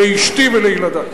לאשתי ולילדי.